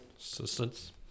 Assistance